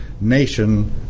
nation